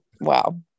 wow